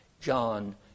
John